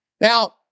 Now